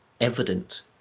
evident